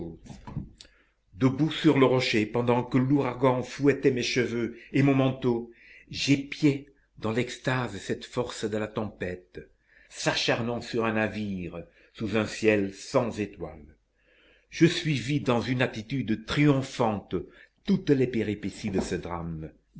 debout sur le rocher pendant que l'ouragan fouettait mes cheveux et mon manteau j'épiais dans l'extase cette force de la tempête s'acharnant sur un navire sous un ciel sans étoiles je suivis dans une attitude triomphante toutes les péripéties de ce drame